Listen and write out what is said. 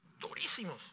Durísimos